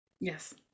Yes